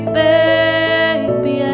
baby